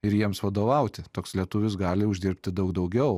ir jiems vadovauti toks lietuvis gali uždirbti daug daugiau